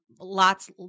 lots